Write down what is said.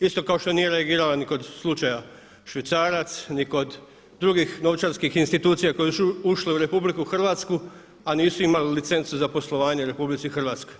Isto kao što nije reagirala ni kod slučaja švicarac, ni kod drugih novčarskih institucije koje su ušle u RH a nisu imali licencu za poslovanje u RH.